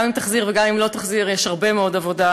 גם אם תחזיר וגם אם לא תחזיר, יש הרבה מאוד עבודה,